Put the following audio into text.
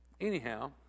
anyhow